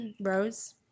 Rose